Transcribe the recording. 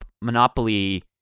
monopoly